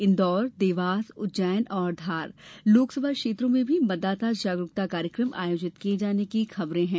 इंदौर देवास उज्जैन और धार लोकसभा क्षेत्रों में भी मतदाता जागरूकता कार्यकम आयोजित किए जाने की खबरें हैं